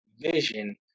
vision